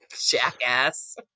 Jackass